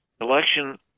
election